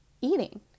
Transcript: eating